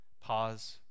Pause